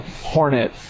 Hornet